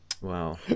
Wow